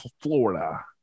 Florida